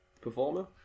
performer